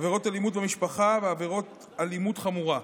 עבירות אלימות במשפחה ועבירות אלימות חמורה.